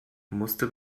musste